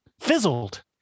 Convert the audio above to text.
fizzled